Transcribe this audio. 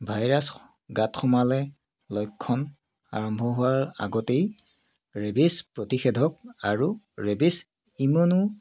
virus গাত সোমালে লক্ষণ আৰম্ভ হোৱাৰ আগতেই ৰেবিছ প্ৰতিষেধক আৰু ৰেবিছ ইমুনো